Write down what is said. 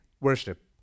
worship